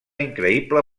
increïble